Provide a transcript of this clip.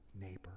neighbor